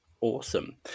awesome